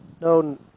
no